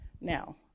now